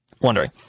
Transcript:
wondering